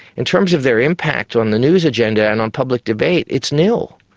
in terms of their impact on the news agenda and on public debate, it's nil.